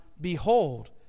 Behold